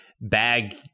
bag